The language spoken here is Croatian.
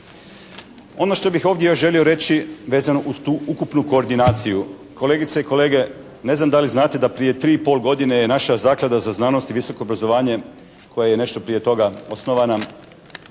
Ono što bih ovdje još želio reći vezano uz tu ukupnu koordinaciju. Kolegice i kolege, ne znam da li znate da prije tri i pol godine je naša Zaklada za znanost i visoko obrazovanje koje je nešto prije toga osnovana,